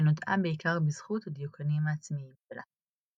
שנודעה בעיקר בזכות הדיוקנים העצמיים שלה.